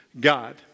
God